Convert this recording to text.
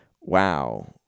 wow